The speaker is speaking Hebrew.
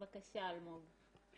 בבקשה אלמוג.